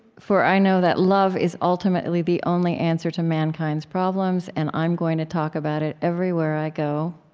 for i know that love is ultimately the only answer to mankind's problems, and i'm going to talk about it everywhere i go.